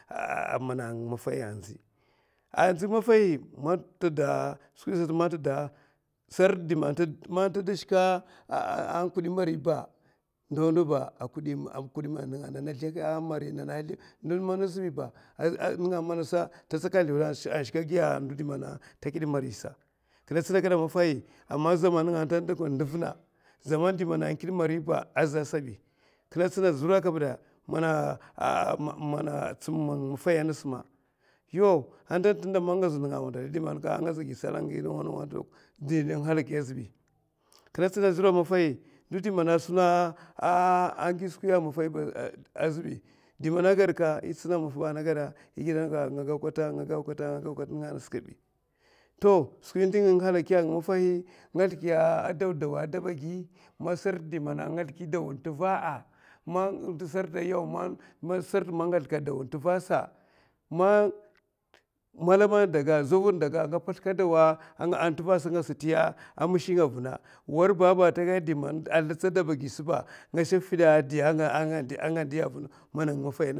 a nga mana anga nga man mafay, a ndzi maffay sartɗ man ta da shikè a kuèi mari ndawa ndawa ba a kuèi manana, nènga'a man ta tsaka a a zluwèè, a ndo di man shikè a mari sa kinè tsina kèèè maffahi? Aman zaman nènga kam n'duvna ama zaman kinè tsina zura kaɓi èè? Tsum nga mana maffa angas ma. tunda man nga za ndunga a wandalahi atanta di mana a halaki azɓi. kinè tsina zura kèèè mafahi, ndo di man a wèndo skwi tɗ dimana a maffa azɓi, di man agaèa yè tsina dayi maffa ɓa ana agaèngagaukata skwi nga halaki nga maffahi nga lthiki daudau n'tuva'a man sartɗ man nga lthuka dau n'tuva'a sa malama n'daga zavuè n'daga nga pazlka dau n'tuva sa a nga sada ti mishi nga avuna, warbaba ata gaèa n'di zlotso adèba gi sa ba, nga sa fièa a nga ndiya ndo man a zliki